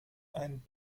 ein